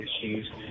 issues